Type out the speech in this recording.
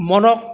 মনক